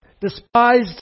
despised